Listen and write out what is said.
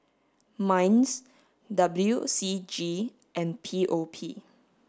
MINDS W C G and P O P